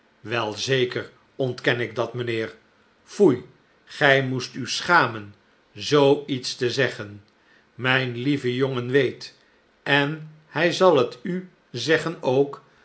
wel zeker ontken ik dat mijnheer poei gij moest u schamen zoo iets te zeggen mijn lieve jongen weet en hij zal het u zeggen ook